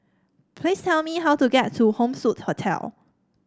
please tell me how to get to Home Suite Hotel